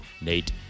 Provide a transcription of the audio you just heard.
Nate